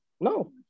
no